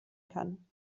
kann